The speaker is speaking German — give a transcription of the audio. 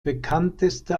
bekannteste